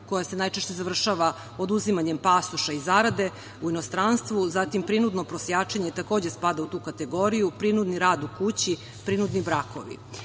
koja se najčešće završava oduzimanjem pasoša i zarade u inostranstvu, zatim prinudno prosjačenje, takođe spada u tu kategoriju, prinudni rad u kući, prinudni brakovi.